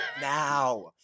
now